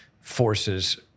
forces